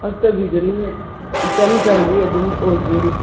ꯍꯛꯇꯕꯤꯗꯨꯅ ꯏꯆꯝ ꯆꯝꯕꯤ ꯑꯗꯨꯝ ꯑꯣꯏꯗꯣꯏꯅꯤ